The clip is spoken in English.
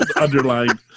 underlined